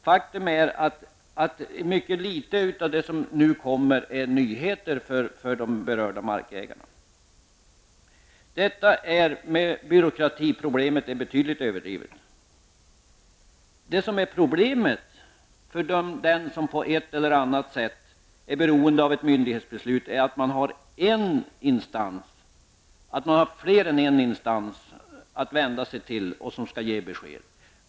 Faktum är att mycket litet av det som nu genonförs är nyheter för de berörda markägarna. Byråkratiproblemet är betydligt överdrivet. Problemet för dem som på ett eller annat sätt är beroende av ett myndighetsbeslut är att de har mer än en instans att vända sig till för att få besked.